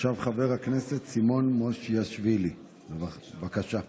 עכשיו חבר הכנסת סימון מושיאשוילי, בבקשה.